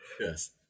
yes